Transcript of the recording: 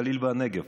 הגליל והנגב,